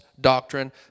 doctrine